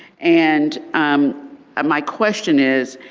and um ah my question is,